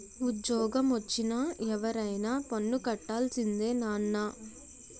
ఉజ్జోగమొచ్చిన ఎవరైనా పన్ను కట్టాల్సిందే నాన్నా